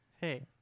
Hey